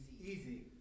easy